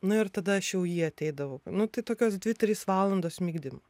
nu ir tada aš jau jį ateidavau nu tai tokios dvi trys valandos migdym